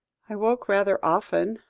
i woke rather often,